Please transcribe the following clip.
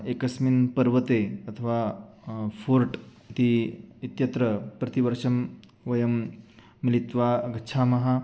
एकस्मिन् पर्वते अथवा फ़ोर्ट् इति इत्यत्र प्रतिवर्षं वयं मिलित्वा गच्छामः